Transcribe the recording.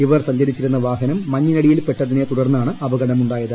ഇവർ സഞ്ചരിച്ചിരുന്ന വാഹനം മഞ്ഞിനടിയിൽ പെട്ടതിനെ തുടർന്നാണ് അപകടം ഉണ്ടായത്